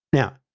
now,